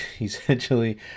essentially